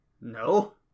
no